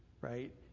right